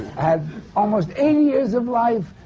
had almost eighty years of life,